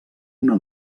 una